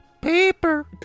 Paper